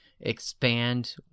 expand